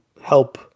help